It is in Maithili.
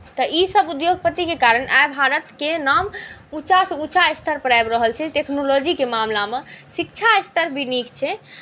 तऽ ईसभ उद्योगपतिके कारण आइ भारतके नाम ऊचांँसँ ऊचांँ स्तरपर आबि रहल छै टेक्नोलॉजीके मामलामे शिक्षा स्तर भी नीक छै